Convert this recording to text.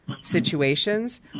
situations